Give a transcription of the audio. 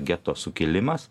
geto sukilimas